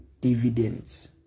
dividends